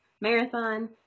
marathon